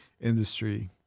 industry